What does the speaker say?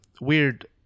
weird